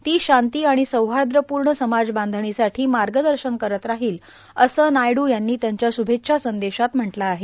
ती शांती आणि सौहार्दपूर्ण समाजबांधणीसाठी मार्गदर्शन करत राहील असं नायडू यांनी त्यांच्या श्भेच्छा संदेशात म्हटलं आहे